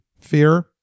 Fear